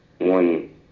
one